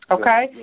Okay